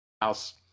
house